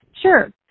Sure